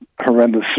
horrendous